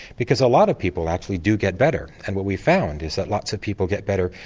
because a lot of people actually do get better and what we found is that lots of people get better,